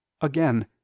again